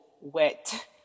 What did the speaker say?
wet